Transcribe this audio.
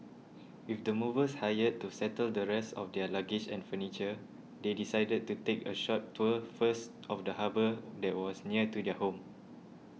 with the movers hired to settle the rest of their luggage and furniture they decided to take a short tour first of the harbour that was near new their home